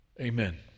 Amen